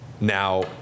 now